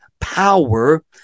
power